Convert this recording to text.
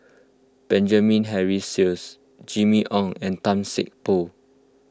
Benjamin Henry Sheares Jimmy Ong and Tan Seng Poh